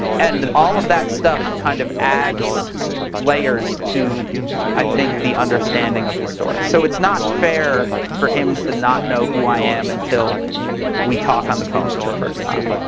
and all of that stuff kind of adds layers to, i think, the understanding of the story. so it's not fair for him to not know who i am until we talk on the phone for the first time.